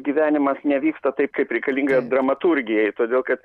gyvenimas nevyksta taip kaip reikalinga dramaturgijai todėl kad